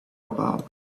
about